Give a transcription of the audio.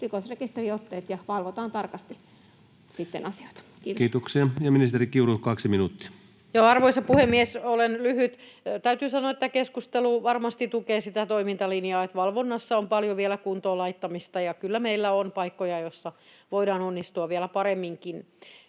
rikosrekisteriotteet ja valvotaan sitten tarkasti asioita. — Kiitos. Kiitoksia. — Ja ministeri Kiuru, kaksi minuuttia. Arvoisa puhemies! Olen lyhyt. — Täytyy sanoa, että tämä keskustelu varmasti tukee sitä toimintalinjaa, että valvonnassa on paljon vielä kuntoon laittamista ja kyllä meillä on paikkoja, joissa voidaan onnistua vielä paremminkin.